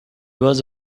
was